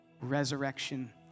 Resurrection